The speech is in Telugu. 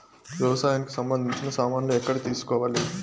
వ్యవసాయానికి సంబంధించిన సామాన్లు ఎక్కడ తీసుకోవాలి?